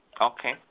Okay